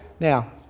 Now